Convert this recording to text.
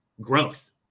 growth